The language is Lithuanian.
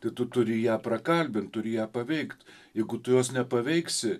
tai tu turi ją prakalbint turi ją paveikt jeigu tu jos nepaveiksi